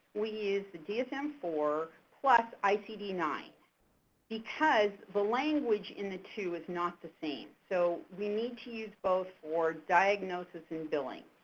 we use the dsm-iv plus icd nine because the language in the two is not the same, so we need to use both for diagnosis and billing.